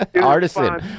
Artisan